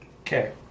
Okay